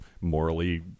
morally